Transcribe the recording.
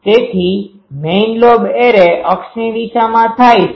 તેથી main lobe array અક્ષની દિશામાં થાય છે